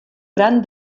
gran